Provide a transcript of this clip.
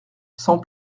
sans